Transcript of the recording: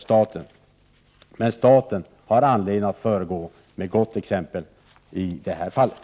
Staten har emellertid anledning att föregå med gott exempel i dessa frågor.